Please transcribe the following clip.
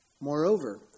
Moreover